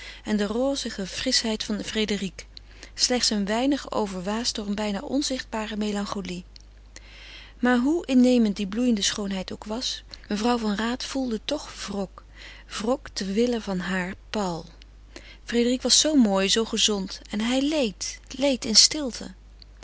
en de rozige frischheid van frédérique slechts een weinig overwaasd door een bijna onzichtbare melancholie maar hoe innemend die bloeiende schoonheid ook was mevrouw van raat voelde toch wrok wrok terwille van haar paul frédérique was zoo mooi zoo gezond en hij leed leed in stilte